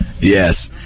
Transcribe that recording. Yes